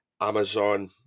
Amazon